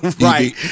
Right